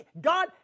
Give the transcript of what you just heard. God